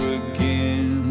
again